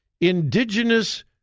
indigenous